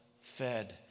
fed